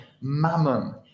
mammon